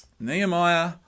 Nehemiah